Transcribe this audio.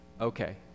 Okay